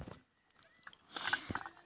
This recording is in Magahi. मोटर चास की करे करूम?